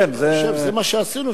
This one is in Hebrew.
אני חושב שזה מה שעשינו,